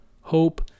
Hope